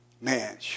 man